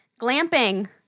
Glamping